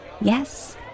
Yes